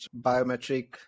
biometric